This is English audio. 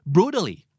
Brutally